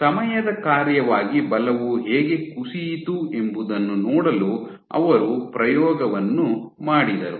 ಸಮಯದ ಕಾರ್ಯವಾಗಿ ಬಲವು ಹೇಗೆ ಕುಸಿಯಿತು ಎಂಬುದನ್ನು ನೋಡಲು ಅವರು ಪ್ರಯೋಗವನ್ನು ಮಾಡಿದರು